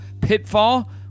Pitfall